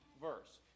verse